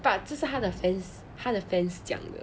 把这是他的 fans 他的 fans 讲的